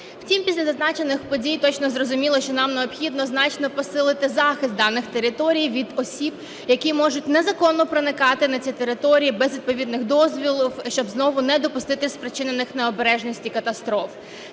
Втім, після зазначених подій точно зрозуміло, що нам необхідно значно посилити захист даних територій від осіб, які можуть незаконно проникати на ці території без відповідних дозволів, щоб знову не допустити спричинених необережностей і катастроф.